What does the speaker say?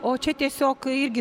o čia tiesiog irgi